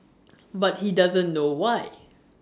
but he doesn't know why